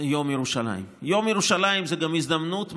יום ירושלים הוא גם הזדמנות מצוינת,